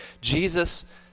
Jesus